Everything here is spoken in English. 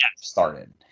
started